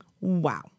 Wow